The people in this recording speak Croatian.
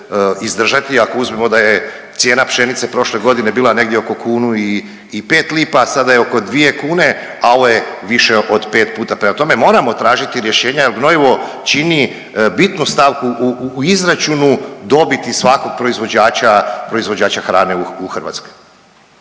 izdržati i ako uzmemo da je cijena pšenice prošle godine bila negdje oko kunu i pet lipa, sada je oko dvije kune, a ovo je više od pet puta. Prema tome, moramo tražiti rješenja jer gnojivo čini bitnu stavku u izračunu dobiti svakog proizvođača, proizvođača hrane u Hrvatskoj.